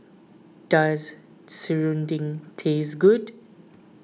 does Serunding taste good